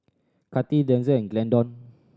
Kati Denzel and Glendon